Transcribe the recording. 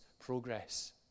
Progress